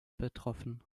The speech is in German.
betroffen